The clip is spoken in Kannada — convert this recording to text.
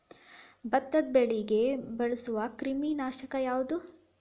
ಭತ್ತದ ಬೆಳೆಗೆ ಬಳಸುವ ಕ್ರಿಮಿ ನಾಶಕ ಯಾವುದು?